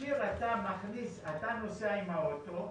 אתה נוסע באוטו,